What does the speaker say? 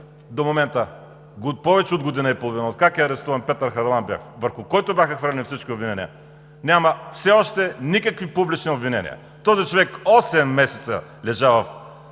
До момента – повече от година и половина откакто е арестуван Петър Харалампиев, върху който бяха хвърлени всички обвинения, все още няма никакви публични обвинения. Този човек осем месеца лежа в